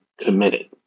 committed